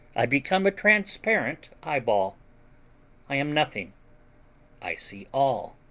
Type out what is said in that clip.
i become a transparent eye-ball i am nothing i see all